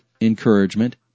encouragement